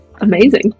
amazing